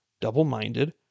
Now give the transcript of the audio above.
double-minded